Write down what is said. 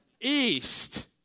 east